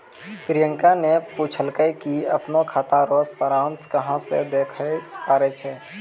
प्रियंका ने पूछलकै कि अपनो खाता रो सारांश कहां से देखै पारै छै